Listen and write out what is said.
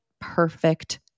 perfect